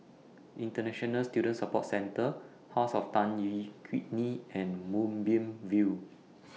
International Student Support Centre House of Tan Yeok Nee and Moonbeam View